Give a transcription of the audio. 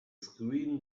screen